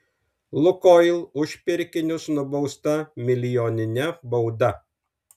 lukoil už pirkinius nubausta milijonine bauda